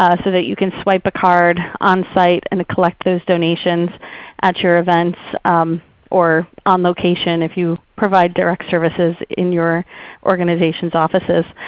ah so that you can swipe a card on site and collect those donations at your events or on location if you provide direct services in your organization's offices.